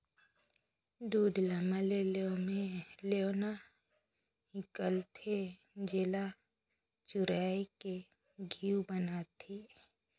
दूद ल मले ले ओम्हे लेवना हिकलथे, जेला चुरायके घींव बनाथे